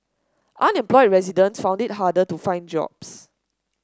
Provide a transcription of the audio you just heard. unemployed residents found it harder to find jobs